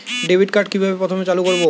Debit card কিভাবে প্রথমে চালু করব?